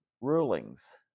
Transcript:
rulings